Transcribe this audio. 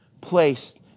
placed